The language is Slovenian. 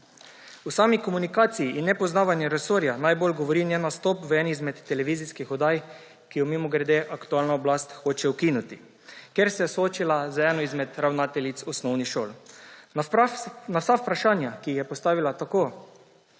O sami komunikaciji in nepoznavanju resorja najbolj govori njen nastop v eni izmed televizijskih oddaj – ki jo, mimogrede, aktualna oblast hoče ukiniti – kjer se je soočila z eno izmed ravnateljic osnovnih šol. Na vsa vprašanja, ki sta jih postavili tako